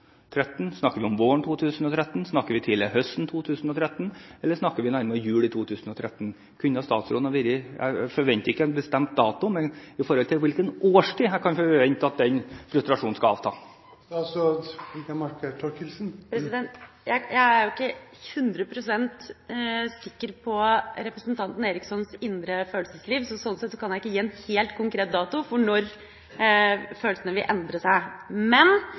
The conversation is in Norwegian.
Snakker vi om våren 2013? Snakker vi tidlig på høsten 2013 eller snakker vi nærmere jul 2013? Jeg forventer ikke en bestemt dato, men hvilken årstid kan jeg forvente at frustrasjonen skal avta? Jeg er ikke 100 pst. sikker på representanten Erikssons indre følelsesliv, så sånn sett kan jeg ikke gi en helt konkret dato for når følelsene vil endre seg. Men